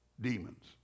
demons